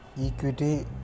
equity